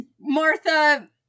Martha